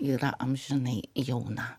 yra amžinai jauna